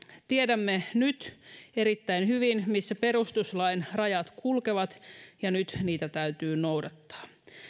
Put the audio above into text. tiedämme nyt erittäin hyvin missä perustuslain rajat kulkevat ja nyt niitä täytyy noudattaa